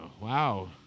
Wow